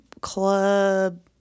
club